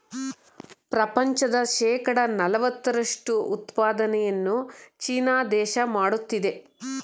ಪ್ರಪಂಚದ ಶೇಕಡ ನಲವತ್ತರಷ್ಟು ಉತ್ಪಾದನೆಯನ್ನು ಚೀನಾ ದೇಶ ಮಾಡುತ್ತಿದೆ